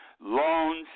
loans